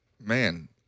Man